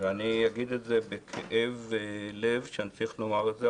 ואני אגיד את זה בכאב לב שאני צריך לומר את זה,